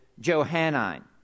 Johannine